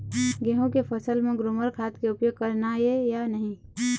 गेहूं के फसल म ग्रोमर खाद के उपयोग करना ये या नहीं?